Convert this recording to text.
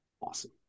Awesome